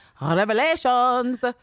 revelations